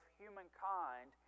humankind